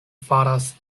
faras